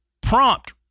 prompt